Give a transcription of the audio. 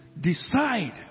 Decide